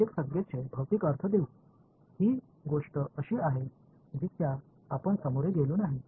ஒவ்வொரு வெளிப்பட்டிருக்கும் ஒரு பிஸிக்கல் விளக்கத்தை அளிப்போம் இந்த விஷயம் நீங்கள் சந்திக்காத ஒன்று